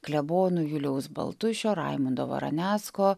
klebonų juliaus baltušio raimundo varanecko